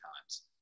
times